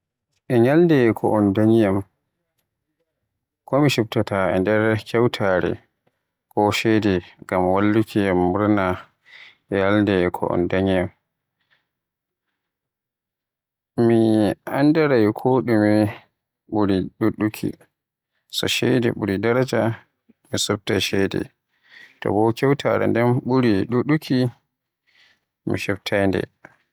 E nyalde ko un danyiyam ko mi chubtata nder kyawtaare ko ceede ngam wallukiyam murna e nyalde ko un danyi yam. Mi ndaaray ko ɗume ɓuri ɗuɗɗuki, so ceede ɓuri daraja, mi chubtay ceede, to bo kyawtare nden ɓuri ɗuɗɗuki mi chubtay nde.